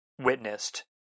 witnessed